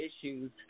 issues